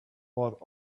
bought